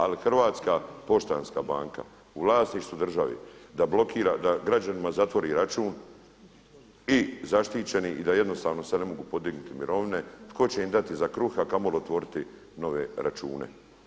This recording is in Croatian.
Ali Hrvatska poštanska banka u vlasništvu države da blokira, da građanima zatvori račun i zaštićeni i da jednostavno se ne mogu podignuti mirovine tko će im dati za kruh, a kamoli otvoriti nove račune.